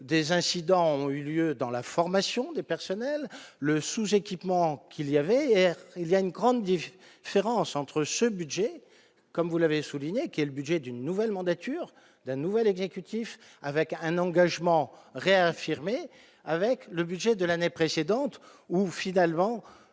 des incidents ont eu lieu dans la formation des personnels, le sous-équipement qu'il y avait et il y a une grande dit Ferrand Centre ce budget, comme vous l'avez souligné qu'est le budget d'une nouvelle mandature d'un nouvel exécutif avec un engagement réaffirmé avec le budget de l'année précédente où finalement